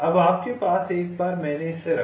अब आपके पास एक बार मैंने इसे रखा है